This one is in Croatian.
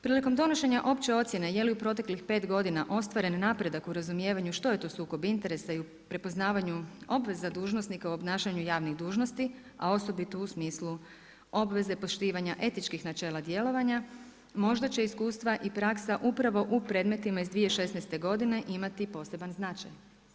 Prilikom donošenja opće ocjene je li u proteklih 5 godina ostvaren napredak u razumijevanju što je to sukob interesa i u prepoznavanju obveza dužnosnika u obnašanju javnih dužnosti, a osobito u smislu obveze poštivanja etičkih načela djelovanja, možda će iskustva i praksa upravo u predmetima iz 2016. godine imati poseban značaj.